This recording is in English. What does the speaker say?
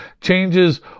changes